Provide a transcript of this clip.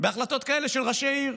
בהחלטות כאלה של ראשי עיר,